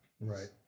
Right